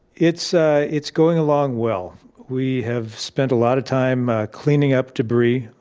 it's ah it's going along well. we have spent a lot of time cleaning up debris.